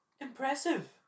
Impressive